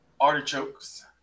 artichokes